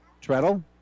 Treadle